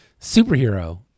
superhero